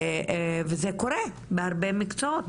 וזה קורה בהרבה מקצועות.